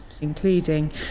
including